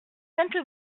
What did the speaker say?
sainte